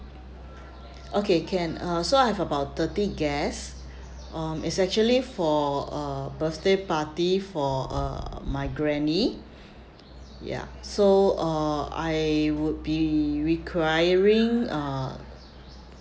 okay can uh so I have about thirty guests um it's actually for a birthday party for uh my granny ya so uh I would be requiring uh